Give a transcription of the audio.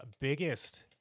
biggest